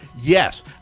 Yes